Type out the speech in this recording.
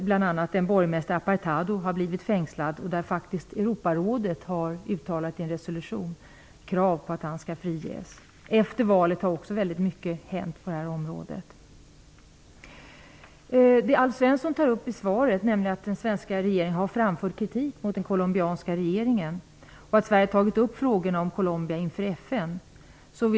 Bl.a. har en borgmästare blivit fängslad, och Europarådet har i en resolution uttalat ett krav på att han skall friges. Efter valet har också väldigt mycket hänt på detta område. Alf Svensson säger i svaret att den svenska regeringen har framfört kritik mot den colombianska regeringen och att Sverige tagit upp frågorna om Colombia inom FN.